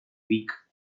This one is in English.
weak